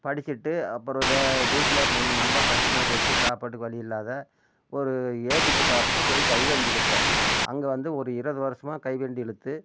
படிச்சுட்டு அப்பறம் வீட்டில் ரொம்ப கஷ்டமாகி போச்சு சாப்பாட்டுக்கு வழி இல்லாம ஒரு ஏபிடி பார்ஸலில் போய் கைவண்டி இழுத்தேன் அங்கே வந்து ஒரு இருபது வருஷமா கைவண்டி இழுத்து